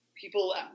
people